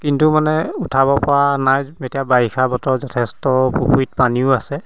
কিন্তু মানে উঠাব পৰা নাই এতিয়া বাৰিষা বতৰ যথেষ্ট পুখুৰীত পানীও আছে